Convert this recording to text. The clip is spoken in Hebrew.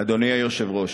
אדוני היושב-ראש,